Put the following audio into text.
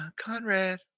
Conrad